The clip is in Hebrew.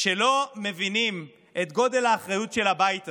שלא מבינים את גודל האחריות של הבית הזה,